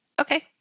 Okay